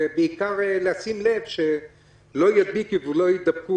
ובעיקר יש לשים לב שלא ידביקו ולא יידבקו,